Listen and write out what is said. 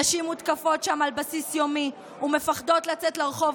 נשים מותקפות שם על בסיס יומי ומפחדות לצאת לרחוב,